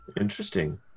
Interesting